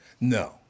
No